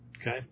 Okay